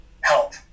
help